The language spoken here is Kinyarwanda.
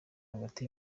hagati